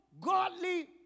godly